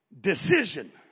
Decision